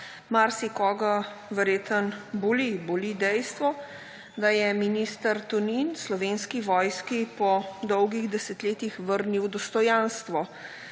marsikoga verjetno boli, boli dejstvo, da je minister Tonin Slovenski vojski po dolgih desetletjih vrnili dostojanstvo.